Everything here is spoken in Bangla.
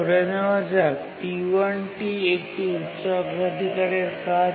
ধরে নেওয়া যাক T1 টি একটি উচ্চ অগ্রাধিকারের কাজ